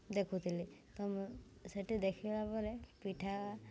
ଦେଖୁଥିଲି ତ ମୁଁ ସେଇଠି ଦେଖିବା ପରେ ପିଠା